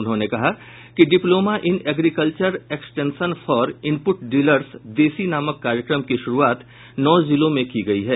उन्होंने कहा कि diploma in agriculture extension for input dealers देसी नामक कार्यक्रम की शुरूआत नौ जिलों में की गई है